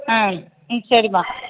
ஆ ம் சரிம்மா